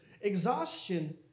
exhaustion